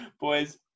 Boys